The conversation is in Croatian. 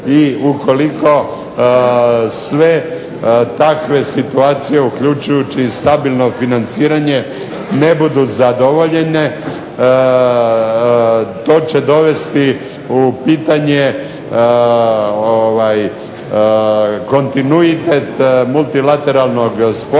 i ukoliko sve takve situacije, uključujući i stabilno financiranje, ne budu zadovoljene to će dovesti u pitanje kontinuitet multilateralnog sporazuma